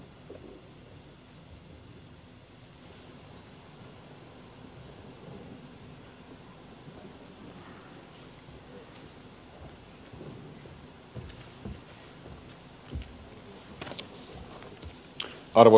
arvoisa puhemies